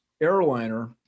Airliner